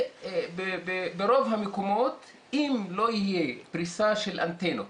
ברוב המקומות אם לא תהיה פריסה של אנטנות